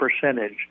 percentage